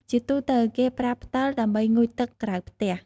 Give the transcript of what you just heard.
ជាទូទៅគេប្រើផ្តិល ដើម្បីងូតទឹកក្រៅផ្ទះ។